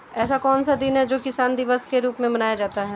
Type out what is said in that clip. ऐसा कौन सा दिन है जो किसान दिवस के रूप में मनाया जाता है?